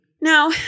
Now